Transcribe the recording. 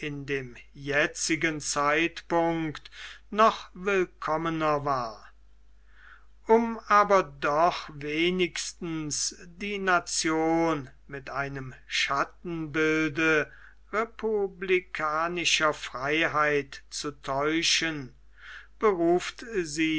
dem jetzigen zeitpunkt noch willkommener war um aber doch wenigstens die nation mit einem schattenbilde republikanischer freiheit zu täuschen beruft sie